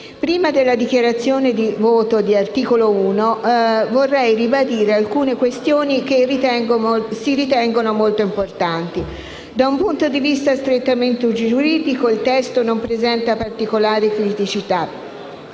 Movimento democratico e progressista, vorrei ribadire alcune questioni che si ritengono molto importanti. Da un punto di vista strettamente giuridico, il testo non presenta particolari criticità.